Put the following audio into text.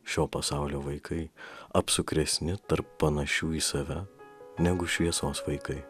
šio pasaulio vaikai apsukresni tarp panašių į save negu šviesos vaikai